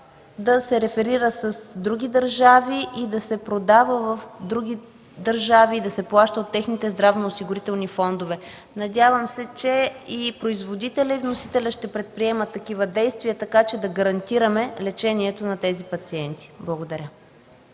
да се реферира с други държави, да се продава в други държави и да се плаща от техните здравноосигурителни фондове. Надявам се, че и производителят, и вносителят ще предприемат такива действия, за да гарантираме лечението на тези пациенти.